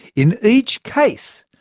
in each case,